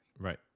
right